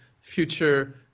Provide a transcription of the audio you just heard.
future